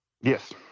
Yes